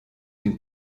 den